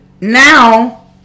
now